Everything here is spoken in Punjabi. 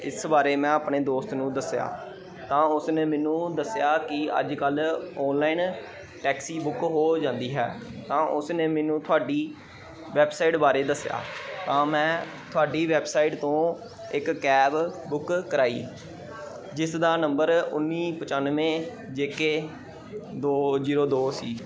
ਇਸ ਬਾਰੇ ਮੈਂ ਆਪਣੇ ਦੋਸਤ ਨੂੰ ਦੱਸਿਆ ਤਾਂ ਉਸ ਨੇ ਮੈਨੂੰ ਦੱਸਿਆ ਕਿ ਅੱਜ ਕੱਲ ਔਨਲਾਈਨ ਟੈਕਸੀ ਬੁੱਕ ਹੋ ਜਾਂਦੀ ਹੈ ਤਾਂ ਉਸ ਨੇ ਮੈਨੂੰ ਤੁਹਾਡੀ ਵੈਬਸਾਈਟ ਬਾਰੇ ਦੱਸਿਆ ਤਾਂ ਮੈਂ ਤੁਹਾਡੀ ਵੈਬਸਾਈਟ ਤੋਂ ਇੱਕ ਕੈਬ ਬੁੱਕ ਕਰਵਾਈ ਜਿਸ ਦਾ ਨੰਬਰ ਉੱਨੀ ਪਚਾਨਵੇਂ ਜੇ ਕੇ ਦੋ ਜ਼ੀਰੋ ਦੋ ਸੀ